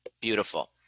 beautiful